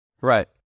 Right